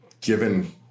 given